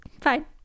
fine